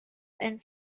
and